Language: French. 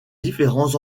différents